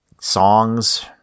songs